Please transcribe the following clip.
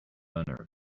learner